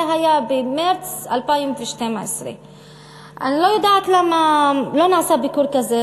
זה היה במרס 2012. אני לא יודעת למה לא נעשה ביקור כזה,